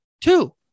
Two